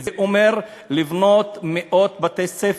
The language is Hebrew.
זה אומר לבנות מאות בתי-ספר.